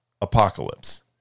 Apocalypse